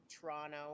toronto